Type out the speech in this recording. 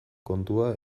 kontua